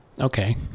Okay